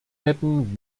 hätten